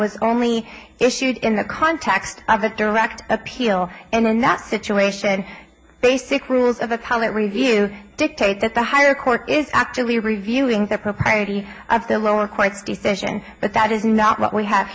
was only issued in the context of a direct appeal and in that situation basic rules of a public review dictate that the higher court is actually reviewing the propriety of the lower courts decision but that is not what we have